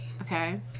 Okay